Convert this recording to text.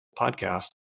podcast